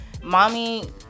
Mommy